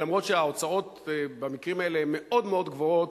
ולמרות שההוצאות במקרים האלה הן מאוד-מאוד גבוהות,